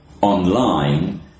online